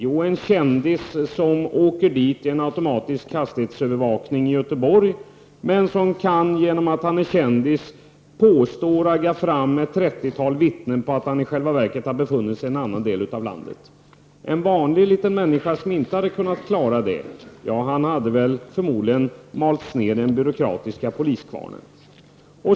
Jo, en kändis som åker dit vid en automatisk hastighetsövervakning i Göteborg men som, genom att han kändis, lyckas ragga fram ett trettiotal vittnen på att han i själva verket befunnit sig i en annan del av landet. En vanlig liten människa som inte hade kunnat klara det hade förmodligen malts ner i den byråkratiska poliskvarnen.